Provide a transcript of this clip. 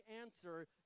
answer